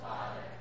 Father